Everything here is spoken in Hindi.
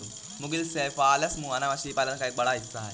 मुगिल सेफालस मुहाना मछली पालन का एक बड़ा हिस्सा है